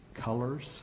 colors